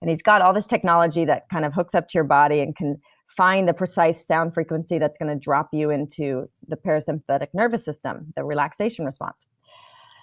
and he's got all this technology that kind of hooks up to your body and can find the precise sound frequency that's gonna drop you into the parasympathetic nervous system, the relaxation response